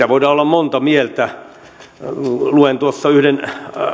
voidaan olla monta mieltä luen yhden